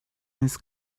his